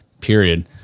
period